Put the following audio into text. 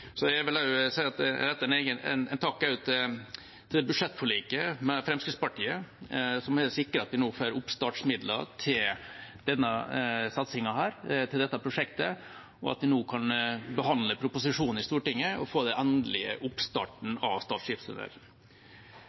Jeg vil også rette en takk til Fremskrittspartiet for budsjettforliket, som har sikret at vi nå får oppstartmidler til denne satsingen, dette prosjektet, og at vi kan behandle proposisjonen i Stortinget og få den endelige oppstarten av